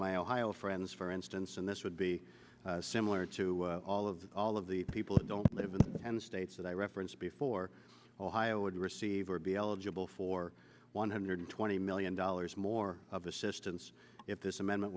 my ohio friends for instance and this would be similar to all of the all of the people who don't live in the states that i referenced before ohio would receive or be eligible for one hundred twenty million dollars more of assistance if this amendment